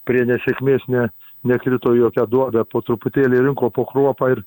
prie nesėkmės ne nekrito į jokią duobę po truputėlį rinko po kruopą ir